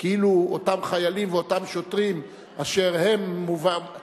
כאילו אותם חיילים ואותם שוטרים אשר מועברים